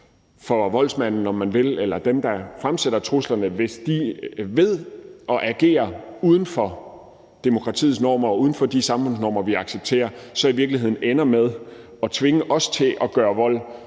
for voldsmanden – om man vil – eller dem, der fremsætter truslerne, hvis de ved at agere uden for demokratiets normer og uden for de samfundsnormer, vi accepterer, så i virkeligheden ender med at tvinge os til at gøre vold